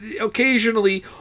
Occasionally